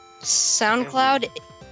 SoundCloud